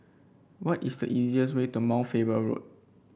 what is the easiest way to Mount Faber Road